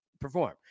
perform